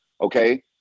okay